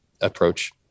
approach